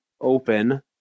open